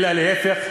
אלא להפך,